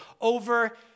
over